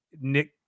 nick